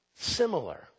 similar